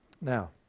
now